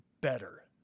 better